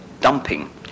dumping